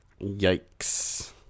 Yikes